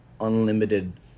unlimited